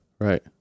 right